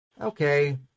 okay